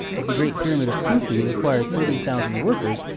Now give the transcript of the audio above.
if the great pyramid of khufu required thirty thousand workers,